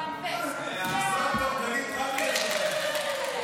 תן לי לסיים,